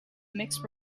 mixed